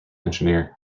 engineer